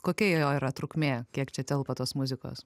kokia jo yra trukmė kiek čia telpa tos muzikos